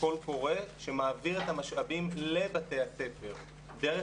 קול קורא שמעביר את המשאבים לבתי הספר דרך